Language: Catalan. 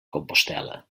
compostel·la